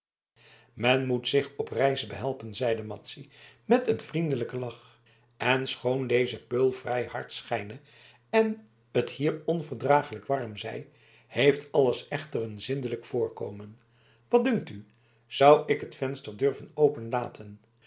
men moet zich op reis behelpen zeide madzy met een vriendelijken lach en schoon deze peul vrij hard schijne en het hier onverdraaglijk warm zij heeft alles echter een zindelijk voorkomen wat dunkt u zou ik het venster durven